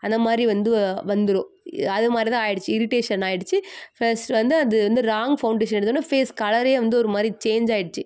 அந்த மாதிரி வந்து வந்துடும் அது மாதிரி தான் ஆயிடுச்சு இரிடேஷன் ஆயிடுச்சு ஃபஸ்ட் வந்து அது வந்து ராங்க் ஃபவுண்டேஷன் எடுத்தோடன்னே ஃபேஸ் கலரே வந்து ஒரு மாதிரி சேஞ்ச் ஆயிடுச்சு